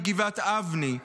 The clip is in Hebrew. מגבעת אבני,